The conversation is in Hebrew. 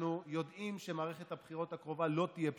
שאנחנו יודעים שמערכת הבחירות הקרובה לא תהיה פשוטה,